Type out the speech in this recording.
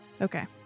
Okay